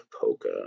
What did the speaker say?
polka